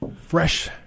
fresh